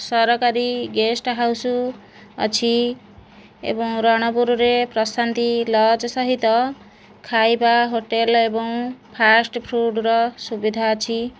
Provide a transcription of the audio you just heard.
ସରକାରୀ guest house ଅଛି ଏଵଂ ରଣପୁରରେ ପ୍ରଶାନ୍ତି ଲଜ୍ ସହିତ ଖାଇବା ହୋଟେଲ୍ ଏଵଂ ଫାଷ୍ଟଫୁଡ୍ର ସୁବିଧା ଅଛି